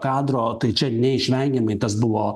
kadro tai čia neišvengiamai tas buvo